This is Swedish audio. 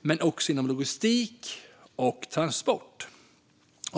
men också inom logistik och transport.